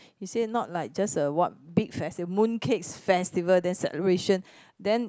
he say not like just a what big festival Mooncakes Festival that celebration